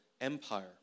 empire